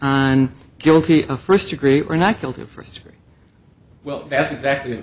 on guilty of first degree or not guilty of first degree well that's exactly